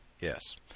Yes